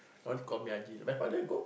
now they call me haji